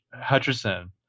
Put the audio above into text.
Hutcherson